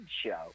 show